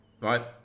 right